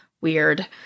Weird